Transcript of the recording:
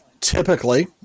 typically